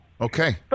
Okay